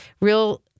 real